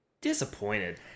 Disappointed